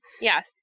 yes